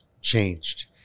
changed